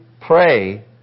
pray